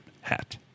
hat